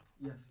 Yes